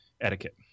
etiquette